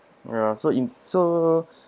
ya so in so